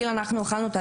הנושא של וועדות